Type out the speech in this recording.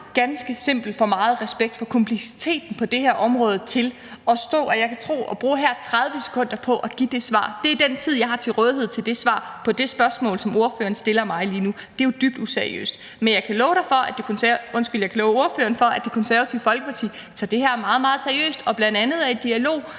ganske simpelt for meget respekt for kompleksiteten på det her område til at tro, at jeg kan stå her og bruge 30 sekunder på at give det svar. Det er den tid, jeg har til rådighed til at svare på det spørgsmål, som ordføreren stiller mig lige nu. Det er jo dybt useriøst. Men jeg kan love ordføreren for, at Det Konservative Folkeparti tager det her meget, meget seriøst og bl.a. er i dialog